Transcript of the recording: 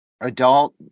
adult